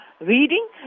reading